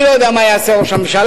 אני לא יודע מה יעשה ראש הממשלה,